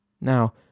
Now